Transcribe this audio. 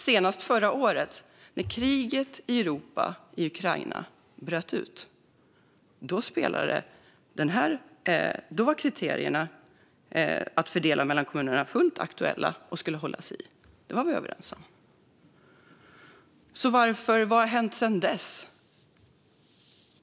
Senast förra året, när kriget i Europa i Ukraina bröt ut, var kriterierna att fördela mellan kommunerna fullt aktuella och skulle hållas. Det var vi överens om. Vad har hänt sedan dess?